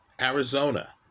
Arizona